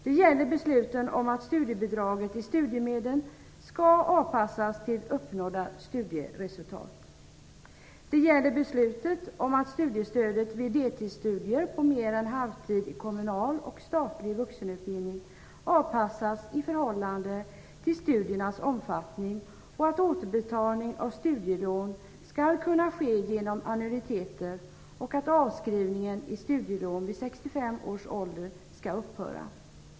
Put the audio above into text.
Det gäller besluten om att studiebidraget i studiemedlen skall avpassas till uppnådda studieresultat. Det gäller även besluten om att studiestödet vid deltidsstudier på mer än halvtid i kommunal och statlig vuxenutbildning avpassas i förhållande till studiernas omfattning, att återbetalning av studielån skall kunna ske genom annuiteter och att avskrivningen av studielån vid 65 års ålder skall upphöra.